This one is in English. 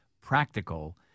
practical